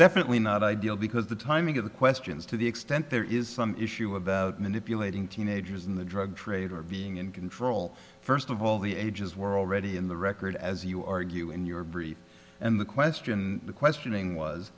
definitely not ideal because the timing of the questions to the extent there is some issue about manipulating teenagers in the drug trade or being in control first of all the ages were already in the record as you argue in your brief and the question the questioning was